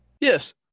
Yes